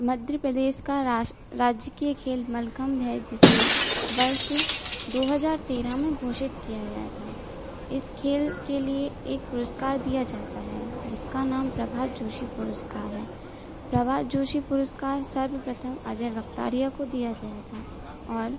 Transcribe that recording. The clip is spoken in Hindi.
मध्य प्रदेश का राष्ट्रीय राजकीय खेल मलखम है जिसे वर्ष दो हज़ार तेरह में घोषित किया गया था किस खेल के लिए एक पुरस्कार दिया जाता है जिसका प्रभाष जोशी पुरस्कार है प्रभाष जोशी पुरस्कार सर्वप्रथम अजय वक्तारिया को दिया गया था और